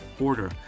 order